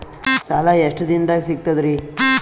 ಸಾಲಾ ಎಷ್ಟ ದಿಂನದಾಗ ಸಿಗ್ತದ್ರಿ?